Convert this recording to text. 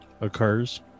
Occurs